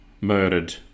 murdered